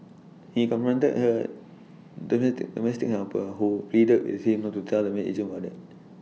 he confronted her domestic helper who pleaded with him not to tell the maid agent about IT